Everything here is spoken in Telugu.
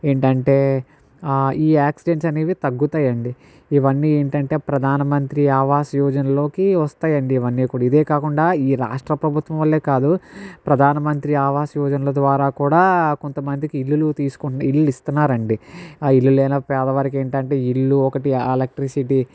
ఏంటంటే ఈ యాక్సిడెంట్స్ అనేవి తగ్గుతాయండి ఇవన్నీ ఏంటంటే ప్రధానమంత్రి ఆవాస్ యోజనలోకి వస్తాయండి ఇవన్నీ కూడా ఇదే కాకుండా ఈ రాష్ట్ర ప్రభుత్వం వల్లే కాదు ప్రధానమంత్రి ఆవాస్ యోజనల ద్వారా కూడా కొంతమందికి ఇల్లులు తీసుకుంటే ఇల్లు ఇస్తున్నారండి ఇల్లు లేని పేదవారికి ఏంటంటే ఇల్లు ఒకటి ఆ ఎలెక్ట్రసిటీ